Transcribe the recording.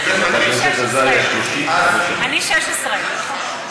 חברת הכנסת עזריה, אני, 16. עד מאה ועשרים.